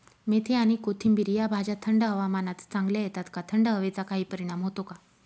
मेथी आणि कोथिंबिर या भाज्या थंड हवामानात चांगल्या येतात का? थंड हवेचा काही परिणाम होतो का?